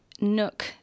nook